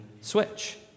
switch